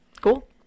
Cool